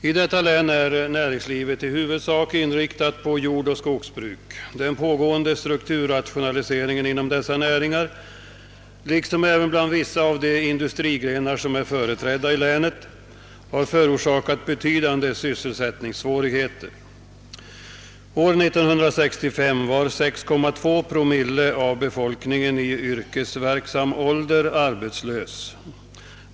I detta län är näringslivet i huvudsak inriktat på jordoch skogsbruk. Den pågående strukturrationaliseringen inom dessa näringar liksom inom vissa av de industrigrenar som är företrädda i länet har förorsakat betydande sysselsättningssvårigheter. År 1965 var 6,2 promille av befolkningen i yrkesverksam ålder arbetslös.